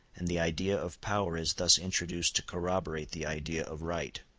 and the idea of power is thus introduced to corroborate the idea of right.